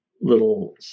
little